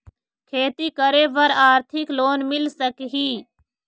खेती करे बर आरथिक लोन मिल सकही?